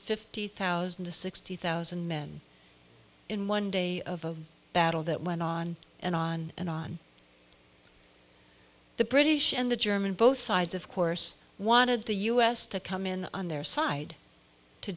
fifty thousand to sixty thousand men in one day of a battle that went on and on and on the british and the german both sides of course wanted the u s to come in on their side to